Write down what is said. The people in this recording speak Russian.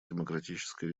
демократической